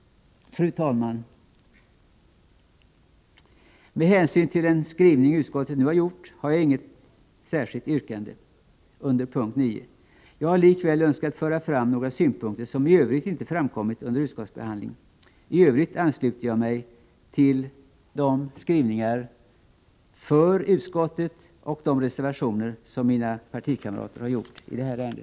Med hänsyn till den skrivning utskottet nu har gjort har jag inget särskilt yrkande under punkt 9. Jag har likväl önskat redovisa några synpunkter som inte framkommit under utskottsbehandlingen. I övrigt ansluter jag mig till de yrkanden för utskottets hemställan och de reservationer som mina partikamrater har gjort i detta ärende.